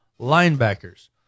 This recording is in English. linebackers